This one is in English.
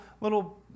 little